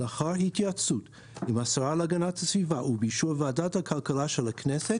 לאחר התייעצות עם השרה להגנת הסביבה ובאישור ועדת הכלכלה של הכנסת,